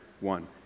one